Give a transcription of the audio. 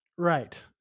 Right